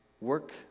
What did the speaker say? Work